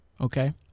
okay